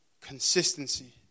consistency